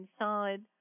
inside